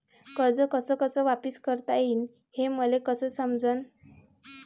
कर्ज कस कस वापिस करता येईन, हे मले कस समजनं?